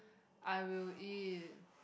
I will eat